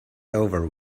over